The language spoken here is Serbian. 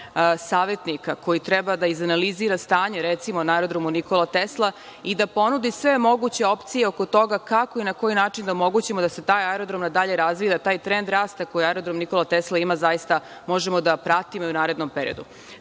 savetnika koji treba da izanalizira stanje, recimo, na Aerodromu Nikola Tesla i da ponudi sve moguće opcije oko toga kako i na koji način da omogućimo da se taj aerodrom na dalje razvija i da taj trend rasta koji Aerodrom Nikola Tesla ima zaista možemo da pratimo i u narednom periodu. Saglasna